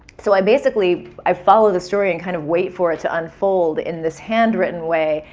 so, i basically, i follow the story and kind of wait for it to unfold in this handwritten way.